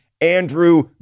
Andrew